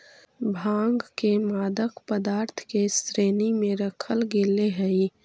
भाँग के मादक पदार्थ के श्रेणी में रखल गेले हइ